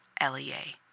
L-E-A